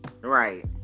Right